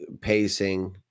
pacing